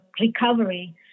recovery